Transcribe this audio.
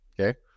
Okay